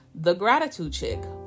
TheGratitudeChick